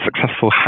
successful